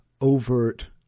overt